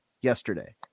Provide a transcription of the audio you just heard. yesterday